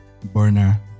Burner